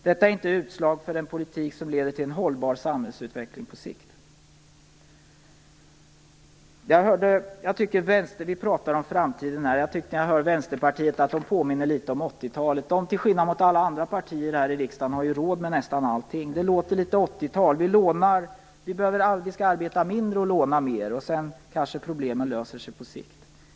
Detta är inte ett utslag av en politik som leder till en hållbar samhällsutveckling på sikt. Vi talar här om framtiden. När jag hör vänsterpartisterna tycker jag att det påminner litet om 80-talet. Vänsterpartiet har ju, till skillnad mot alla andra partier här i riksdagen, råd med nästan allting. Det låter litet som på 80-talet - vi skall arbeta mindre och låna mer, och sedan kanske problemen löser sig på sikt.